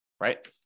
right